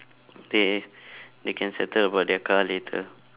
they they can settle about their car later